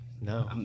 no